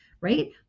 right